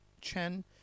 Chen